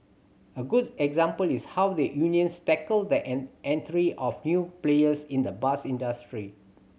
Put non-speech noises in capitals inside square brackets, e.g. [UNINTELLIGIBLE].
a good example is how the unions tackled the [UNINTELLIGIBLE] entry of new players in the bus industry